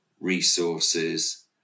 resources